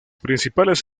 principales